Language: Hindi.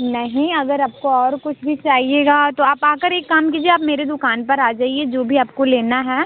नहीं अगर आपको और कुछ भी चाहिएगा तो आप आ कर एक काम कीजिए आप मेरी दुकान पर आ जाइए जो भी आपको लेना है